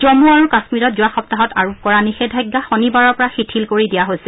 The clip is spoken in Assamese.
জন্মু আৰু কাশ্মীৰত যোৱা সপ্তাহত আৰোপ কৰা নিষেধাজ্ঞা শনিবাৰৰ পৰা শিথিল কৰি দিয়া হৈছে